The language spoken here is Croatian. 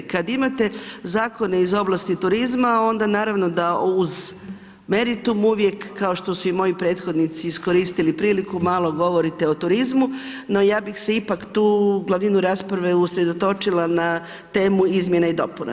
Kada imate zakone iz oblasti turizma, onda naravno, da uz meritum, uvijek, kao što su moji prethodnici iskoristili priliku malo govorite o turizmu, no ja bih se pak tu, u glavninu rasprave usredotočila na temu izmjene i dopune.